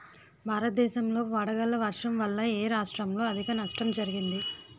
భారతదేశం లో వడగళ్ల వర్షం వల్ల ఎ రాష్ట్రంలో అధిక నష్టం జరిగింది?